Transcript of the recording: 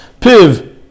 piv